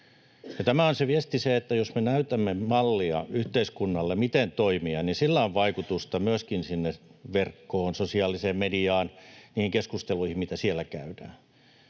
Tämä on se viesti, että jos me näytämme mallia yhteiskunnalle, miten toimia, niin sillä on vaikutusta myöskin sinne verkkoon, sosiaaliseen mediaan, niihin keskusteluihin, mitä siellä käydään.